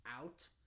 out